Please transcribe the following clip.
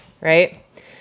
Right